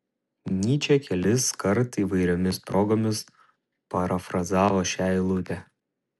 nyčė keliskart įvairiomis progomis parafrazavo šią eilutę